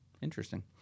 Interesting